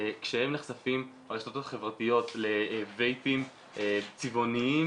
כשהם נחשפים ברשתות החברתיות לווייפים צבעוניים